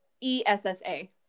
E-S-S-A